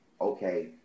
okay